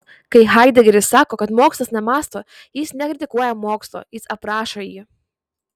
kai haidegeris sako kad mokslas nemąsto jis nekritikuoja mokslo jis aprašo jį